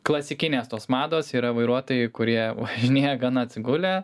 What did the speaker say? klasikinės tos mados yra vairuotojai kurie važinėja gana atsigulę